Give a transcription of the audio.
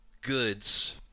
goods